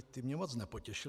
Ty mě moc nepotěšily.